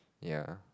ya